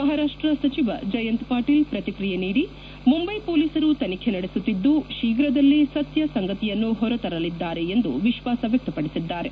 ಮಹಾರಾಷ್ಷ ಸಚಿವ ಜಯಂತ್ ಪಾಟೀಲ್ ಪ್ರಕಿಕ್ರಿಯೆ ನೀಡಿ ಮುಂಬೈ ಮೊಲೀಸರು ತನಿಖೆ ನಡೆಸುತ್ತಿದ್ದು ಶೀಘ್ರದಲ್ಲೇ ಸತ್ಯ ಸಂಗತಿಯನ್ನು ಹೊರ ತೆಗೆಯಲಿದ್ದಾರೆ ಎಂದು ವಿಶ್ವಾಸ ವ್ಯಕ್ತಪಡಿಸಿದ್ದಾರೆ